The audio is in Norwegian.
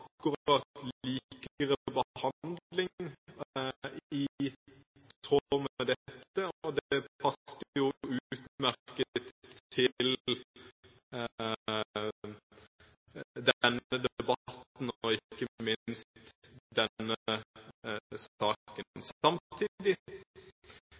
i tråd med dette har skrevet om likere behandling. Det passer jo utmerket til denne debatten og ikke minst denne saken.